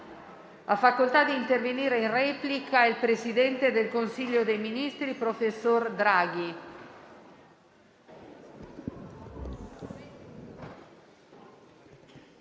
Ha facoltà di intervenire il presidente del Consiglio dei ministri, professor Draghi.